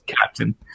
captain